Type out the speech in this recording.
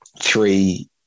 three